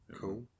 cool